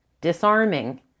disarming